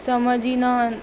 समझ ई न